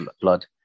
blood